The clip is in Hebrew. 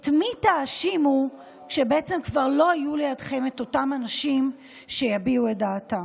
את מי תאשימו כשבעצם כבר לא יהיו לידכם אותם אנשים שיביעו את דעתם?